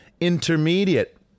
intermediate